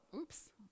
Oops